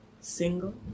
single